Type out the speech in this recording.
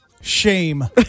Shame